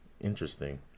Interesting